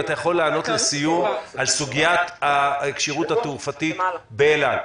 אם אתה יכול לענות לסיום על סוגיית הכשירות התעופתית באל-על.